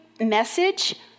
message